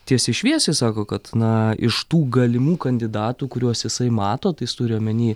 tiesiai šviesiai sako kad na iš tų galimų kandidatų kuriuos jisai mato tai jis turi omeny